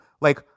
like-